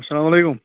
اسلام علیکُم